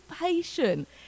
patient